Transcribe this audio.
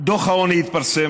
דוח העוני התפרסם,